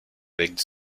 avec